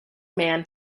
man